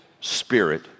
spirit